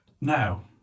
Now